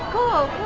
oh